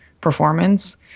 performance